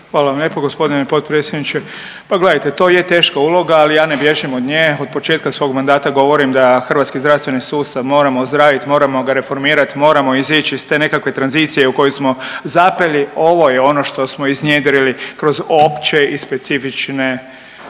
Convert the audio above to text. Hvala vam lijepo gospodine potpredsjedniče. Pa gledajte to je teška uloga, ali ja ne bježim od nje. Od početka svog mandata govorim da hrvatski zdravstveni sustav moramo ozdravit, moramo ga reformirat, moramo izići iz te nekakve tranzicije u koju smo zapeli. Ovo je ono što smo iznjedrili kroz opće i specifične